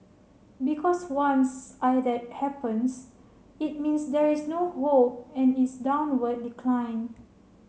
because once I that happens it means there is no hope and it's downward decline